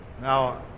Now